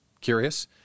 Curious